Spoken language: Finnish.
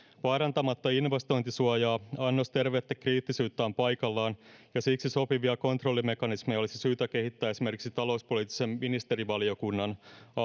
vaarantamatta investointisuojaa annos tervettä kriittisyyttä on paikallaan ja siksi sopivia kontrollimekanismeja olisi syytä kehittää esimerkiksi talouspoliittisen ministerivaliokunnan